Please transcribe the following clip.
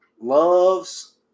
loves